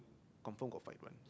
confirm got fight one